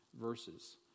verses